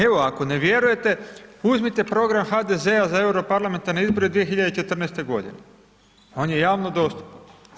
Evo, ako ne vjerujete uzmite program HDZ-a za euro parlamentarne izbore 2014. godine, on je javno dostupan.